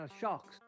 shocks